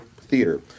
theater